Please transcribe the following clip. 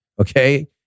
okay